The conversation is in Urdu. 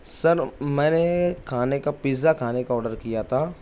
سر میں نے کھانے کا پزا کھانے کا آرڈر کیا تھا